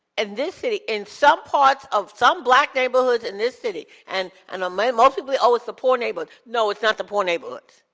and this city, in some parts of some black neighborhoods in this city, and and um most um ah people, oh, it's the poor neighborhoods. no, it's not the poor neighborhoods.